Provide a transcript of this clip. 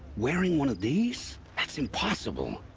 wearing one of these? that's impossible!